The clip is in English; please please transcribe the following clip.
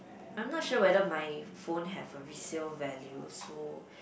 I'm not sure whether my phone have a resale value so